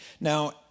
Now